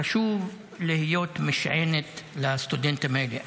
חשוב להיות משענת לסטודנטים האלה.